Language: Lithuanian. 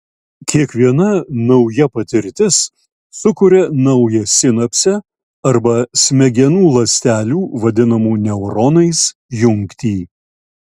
kiekviena nauja patirtis sukuria naują sinapsę arba smegenų ląstelių vadinamų neuronais jungtį